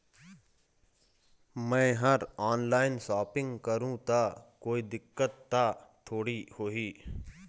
मैं हर online shopping करू ता कोई दिक्कत त थोड़ी होही?